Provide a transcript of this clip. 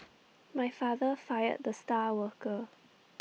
my father fired the star worker